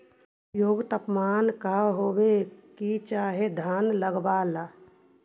उपयुक्त तापमान का होबे के चाही धान लगावे ला?